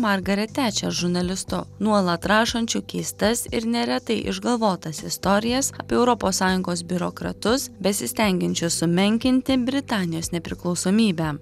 margaret teče žurnalistu nuolat rašančiu keistas ir neretai išgalvotas istorijas apie europos sąjungos biurokratus besistengiančius sumenkinti britanijos nepriklausomybę